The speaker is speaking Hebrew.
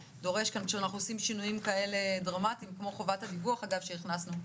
כשאנחנו עושים שינויים דרמטיים כאלה כמו חובת הדיווח שהכנסנו,